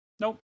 Nope